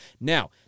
Now